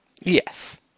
Yes